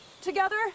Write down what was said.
together